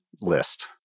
list